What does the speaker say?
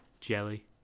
jelly